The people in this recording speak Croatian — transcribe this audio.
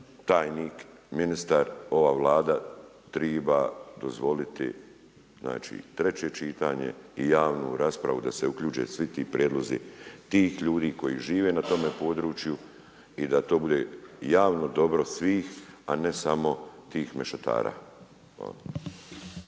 tajnik, ministar, ova Vlada triba dozvoliti treće čitanje i javnu raspravu da se uključe svi ti prijedlozi tih ljudi koji žive na tome području i da to bude javno dobro svih, a ne samo tih mešetara.